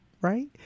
Right